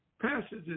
passages